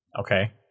okay